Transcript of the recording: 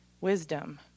Wisdom